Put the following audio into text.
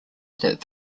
that